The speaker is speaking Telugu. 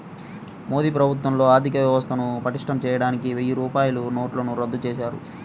మోదీ ప్రభుత్వంలో ఆర్ధికవ్యవస్థను పటిష్టం చేయడానికి వెయ్యి రూపాయల నోట్లను రద్దు చేశారు